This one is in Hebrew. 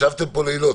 ישבתם פה לילות,